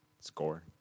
score